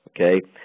okay